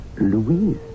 Louise